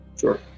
Sure